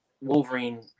Wolverine